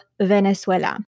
Venezuela